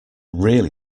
really